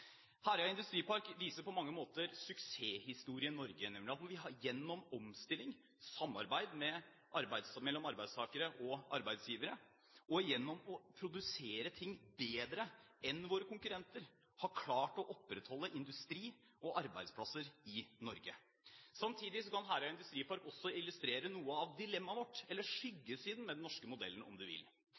Industripark viser på mange måter suksesshistorien Norge, nemlig at vi gjennom omstilling, samarbeid mellom arbeidstakere og arbeidsgivere og gjennom å produsere ting bedre enn våre konkurrenter har klart å opprettholde industri og arbeidsplasser i Norge. Samtidig kan Herøya Industripark også illustrere noe av dilemmaet vårt – eller skyggesiden, om man vil – ved den norske modellen.